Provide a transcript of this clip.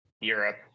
Europe